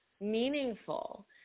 meaningful